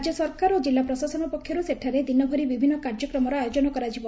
ରାଜ୍ୟ ସରକାର ଓ ଜିଲ୍ଲା ପ୍ରଶାସନ ପକ୍ଷରୁ ସେଠାରେ ଦିନଭରି ବିଭିନ୍ଦ କାର୍ଯ୍ୟକ୍ରମର ଆୟୋଜନ କରାଯିବ